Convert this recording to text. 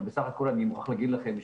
אבל בסך הכול אני מוכרח להגיד לכם,